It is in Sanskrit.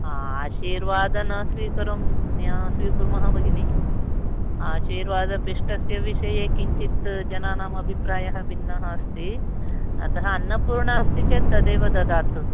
आशीर्वाद् न स्वीकरोमि न स्वीकुर्मः भगिनी आशीर्वादपिष्टस्य विषये किञ्चित् जनानाम् अभिप्रायः भिन्नः अस्ति अत अन्नपूर्णा अस्ति चेत् तदेव ददातु